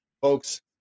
Folks